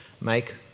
make